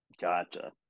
Gotcha